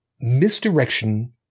misdirection